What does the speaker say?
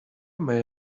may